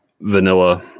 vanilla